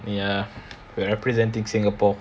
ya we are representing singapore